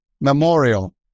memorial